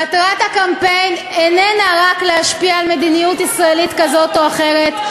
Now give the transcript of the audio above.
מטרת הקמפיין איננה רק להשפיע על מדיניות ישראלית כזאת או אחרת,